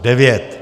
9.